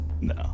No